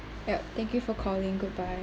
yup thank you for calling goodbye